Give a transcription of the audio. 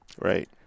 Right